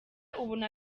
ubona